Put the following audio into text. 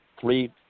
three